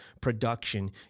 production